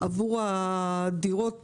עבור הדירות